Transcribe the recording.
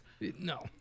No